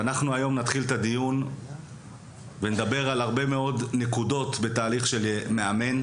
ואנחנו היום נתחיל את הדיון ונדבר על הרבה מאוד נקודות בתהליך של מאמן.